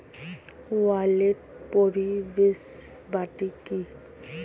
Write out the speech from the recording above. ই wallet পরিষেবাটি কি?